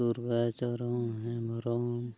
Durga Charan Hembrom